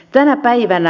tänä päivänä